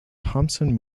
thompson